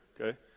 Okay